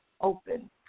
open